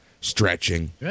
stretching